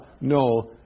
no